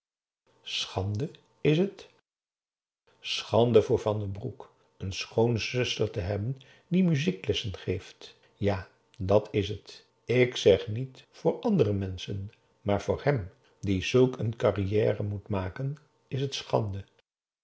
schande is het schande voor van den broek een schoonzuster te hebben die muzieklessen geeft ja dat is het ik zeg niet voor andere menschen maar voor hem die zulk een carrière moet maken is het schande